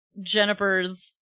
Jennifer's